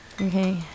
Okay